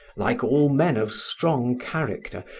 like all men of strong character,